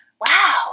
wow